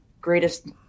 greatest